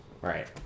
Right